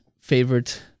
favorite